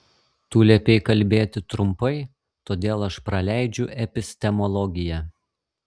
tu liepei kalbėti trumpai todėl aš praleidžiu epistemologiją